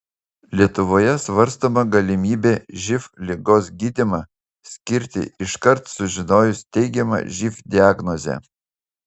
lietuvoje svarstoma galimybė živ ligos gydymą skirti iškart sužinojus teigiamą živ diagnozę